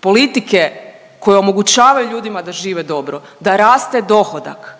politike koje omogućavaju ljudima da žive dobro, da raste dohodak,